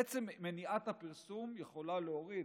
עצם מניעת הפרסום יכול להוריד